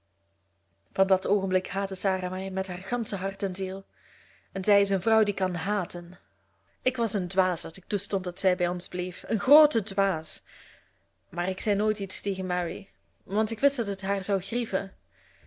van dat oogenblik haatte sarah mij met haar gansche hart en ziel en zij is een vrouw die kan haten ik was een dwaas dat ik toestond dat zij bij ons bleef een groote dwaas maar ik zei nooit iets tegen mary want ik wist dat het haar zou grieven